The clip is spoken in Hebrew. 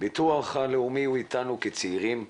הביטוח הלאומי איתנו כצעירים,